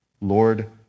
Lord